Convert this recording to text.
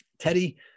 Teddy